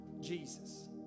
Jesus